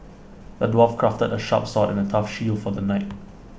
the dwarf crafted A sharp sword and A tough shield for the knight